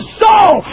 soul